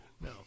No